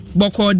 boko